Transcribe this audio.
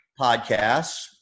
podcasts